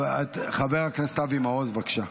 חבר הכנסת אבי מעוז, בבקשה.